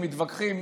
מתווכחים,